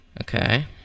Okay